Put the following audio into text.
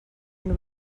and